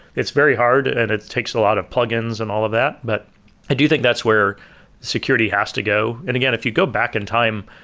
it's very hard and it takes a lot of plugins and all of that, but i do think that's where security has to go and again, if you go back in time,